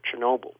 Chernobyl